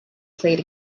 played